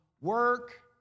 work